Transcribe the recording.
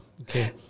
Okay